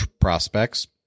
prospects